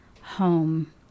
Home